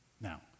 Now